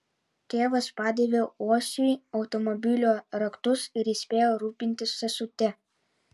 tėvas padavė uosiui automobilio raktus ir įspėjo rūpintis sesute